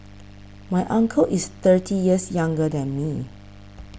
my uncle is thirty years younger than me